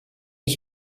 ich